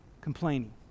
complaining